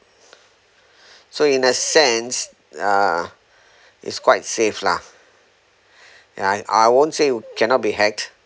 so in a sense uh it's quite safe lah and ya I won't say cannot be hacked